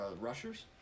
Rushers